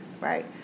right